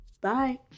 bye